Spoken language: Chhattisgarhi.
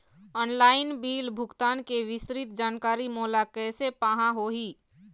ऑनलाइन बिल भुगतान के विस्तृत जानकारी मोला कैसे पाहां होही?